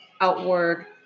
outward